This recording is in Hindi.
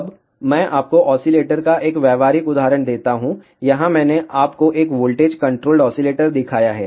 अब मैं आपको ऑसीलेटर का एक व्यावहारिक उदाहरण देता हूं यहां मैंने आपको एक वोल्टेज कंट्रोल्ड ऑसीलेटर दिखाया है